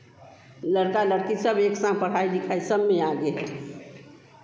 लड़का लड़की सब एक साथ पढ़ाई लिखाई सब में आगे है